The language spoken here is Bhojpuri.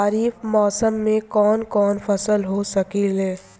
खरिफ मौसम में कवन कवन फसल बो सकि ले?